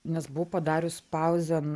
nes buvau padarius pauzę